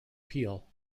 peel